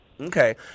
Okay